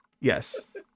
yes